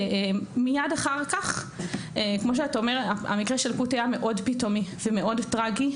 המקרה של קותי היה מאוד פתאומי ומאוד טראגי.